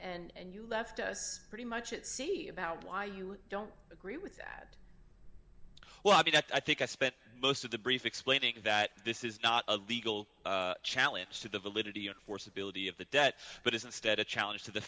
identical and you left us pretty much at sea about why you don't agree with that well i mean i think i spent most of the brief explaining that this is not a legal challenge to the validity of force ability of the debt but is instead a challenge to the